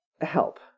help